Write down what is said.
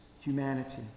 humanity